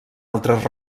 altres